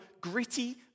gritty